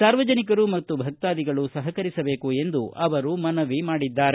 ಸಾರ್ವಜನಿಕರು ಮತ್ತು ಭಕ್ತಾದಿಗಳು ಸಪಕರಿಸಬೇಕು ಎಂದು ಅವರು ಮನವಿ ಮಾಡಿದ್ದಾರೆ